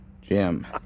Jim